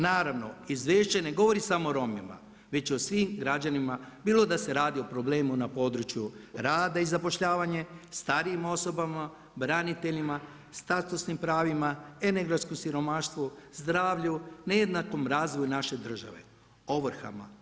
Naravno, Izvješće ne govori samo o Romima, već i o svim građanima bilo da se radi o problemu na području rada i zapošljavanja, starijim osobama, braniteljima, statusnim pravima, energetskom siromaštvu, zdravlju, nejednakom razvoju naše države, ovrhama.